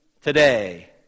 today